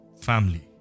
family